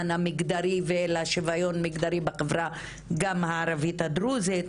המגדרי והשיוויון המגדרי בחברה גם הערבית הדרוזית,